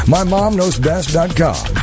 MyMomKnowsBest.com